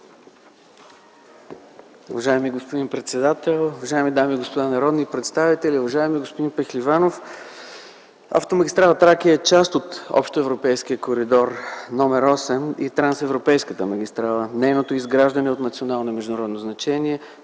Уважаеми господин председател, уважаеми дами и господа народни представители, уважаеми господин Пехливанов! Автомагистрала „Тракия” е част от общоевропейския коридор № 8 и трансевропейската магистрала, нейното изграждане е от национално и международно значение.